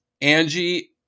Angie